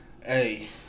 Hey